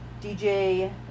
dj